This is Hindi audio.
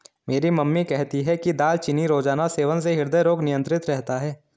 मेरी मम्मी कहती है कि दालचीनी रोजाना सेवन से हृदय रोग नियंत्रित रहता है